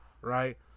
right